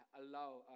allow